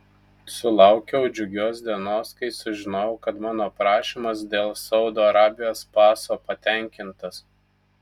sulaukiau džiugios dienos kai sužinojau kad mano prašymas dėl saudo arabijos paso patenkintas